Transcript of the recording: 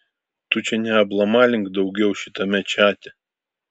tu čia neablamalink daugiau šitame čate